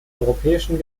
europäischen